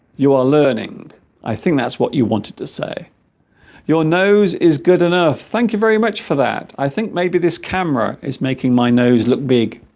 you are learning i think that's what you wanted to say your nose is good enough thank you very much for that i think maybe this camera is making my nose look